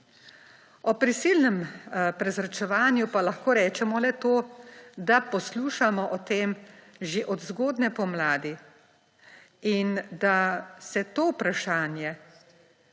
O prisilnem prezračevanju pa lahko rečemo le to, da poslušamo o tem že od zgodnje pomladi in da se to vprašanje